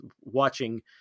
watching